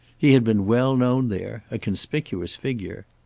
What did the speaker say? he had been well known there, a conspicuous figure.